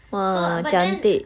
!wah! cantik